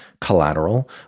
collateral